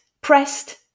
pressed